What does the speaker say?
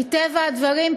מטבע הדברים,